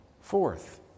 fourth